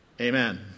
Amen